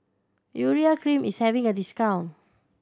Urea Cream is having a discount